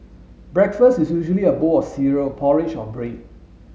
breakfast is usually a bowl of cereal porridge or bread